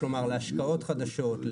כלומר להשקעות חדשות,